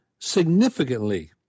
significantly